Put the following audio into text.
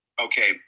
Okay